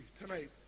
tonight